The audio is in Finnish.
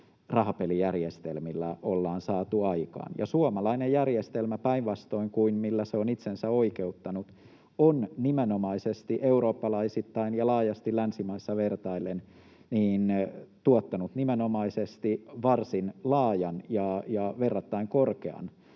rahapelijärjestelmillä ollaan saatu aikaan. Suomalainen järjestelmä, päinvastoin kuin millä se on itsensä oikeuttanut, on nimenomaisesti eurooppalaisittain ja laajasti länsimaissa vertaillen tuottanut varsin laajan ja verrattain korkean